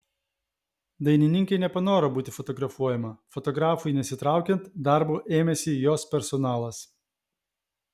dainininkė nepanoro būti fotografuojama fotografui nesitraukiant darbo ėmėsi jos personalas